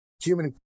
human